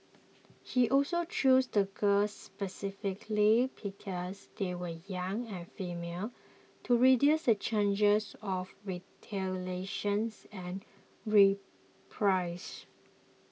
he also chose the girls specifically because they were young and female to reduce the changes of retaliations and reprisal